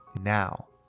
now